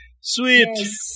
sweet